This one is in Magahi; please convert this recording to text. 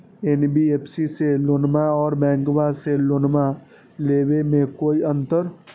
एन.बी.एफ.सी से लोनमा आर बैंकबा से लोनमा ले बे में कोइ अंतर?